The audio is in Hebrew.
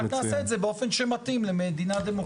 רק נעשה את זה באופן שמתאים למדינה דמוקרטית.